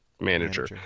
manager